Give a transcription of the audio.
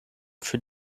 für